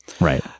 Right